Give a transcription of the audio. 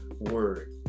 word